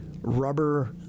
rubber